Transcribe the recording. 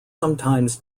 sometimes